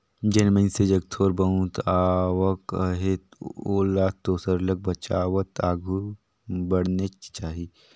जेन मइनसे जग थोर बहुत आवक अहे ओला तो सरलग बचावत आघु बढ़नेच चाही